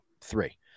three